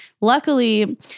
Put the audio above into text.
Luckily